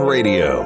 Radio